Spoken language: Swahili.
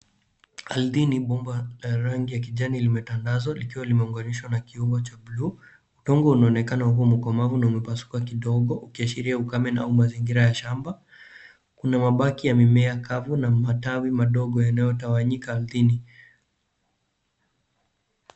Ardhini bomba la rangi ya kijani limetandazwa likiwa limeunganishwa na kiungo cha buluu, udongo unaonekana humo na umepasuka kidogo ukiashiria ukame na mazingira ya shamba. Kuna mabaki ya mimea kavu na matawi madogo yanayotawanyika ardhini.